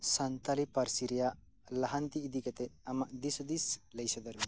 ᱥᱟᱱᱛᱟᱲᱤ ᱯᱟᱹᱨᱥᱤ ᱨᱮᱭᱟᱜ ᱞᱟᱦᱟᱱᱛᱤ ᱤᱫᱤᱠᱟᱛᱮᱫ ᱟᱢᱟᱜ ᱫᱤᱥ ᱦᱩᱫᱤᱥ ᱞᱟᱹᱭ ᱥᱚᱫᱚᱨ ᱢᱮ